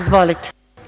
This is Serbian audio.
Izvolite.